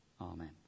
Amen